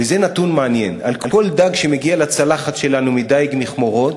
וזה נתון מעניין: "על כל דג שמגיע לצלחת שלנו מדיג מכמורות"